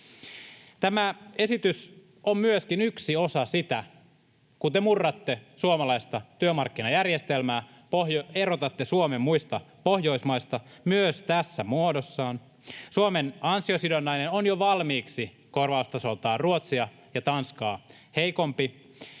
Tämä esitys on myöskin yksi osa sitä, kun te murratte suomalaista työmarkkinajärjestelmää ja erotatte Suomen muista Pohjoismaista myös tässä muodossaan. Suomen ansiosidonnainen on jo valmiiksi korvaustasoltaan Ruotsia ja Tanskaa heikompi.